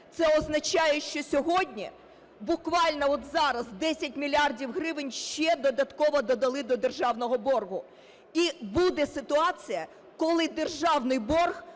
Це означає, що сьогодні, буквально от зараз, 10 мільярдів гривень ще додатково додали до державного боргу. І буде ситуація, коли державний борг